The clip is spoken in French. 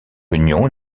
union